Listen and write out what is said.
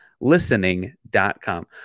Listening.com